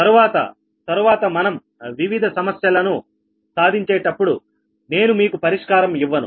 తరువాత తరువాత మనం వివిధ సమస్యలను సాధించే టప్పుడు నేను మీకు పరిష్కారం ఇవ్వను